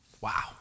Wow